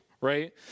right